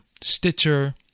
Stitcher